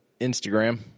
instagram